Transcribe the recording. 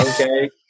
okay